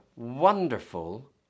Wonderful